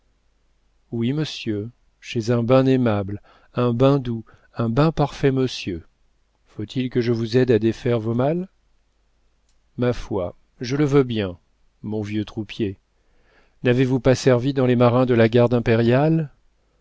oui monsieur chez un ben aimable un ben doux un ben parfait monsieur faut-il que je vous aide à défaire vos malles ma foi je le veux bien mon vieux troupier n'avez-vous pas servi dans les marins de la garde impériale